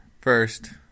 First